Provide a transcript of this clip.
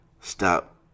stop